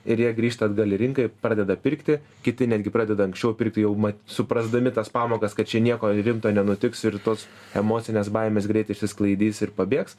ir jie grįžta atgal į rinką ir pradeda pirkti kiti netgi pradeda anksčiau pirkti jau ma suprasdami tas pamokas kad čia nieko rimto nenutiks ir tos emocinės baimės greit išsisklaidys ir pabėgs